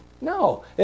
No